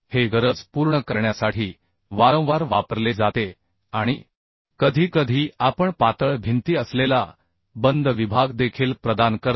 हे गरज पूर्ण करण्यासाठी वारंवार वापरले जाते आणि कधीकधी आपण पातळ भिंती असलेला बंद विभाग देखील प्रदान करतो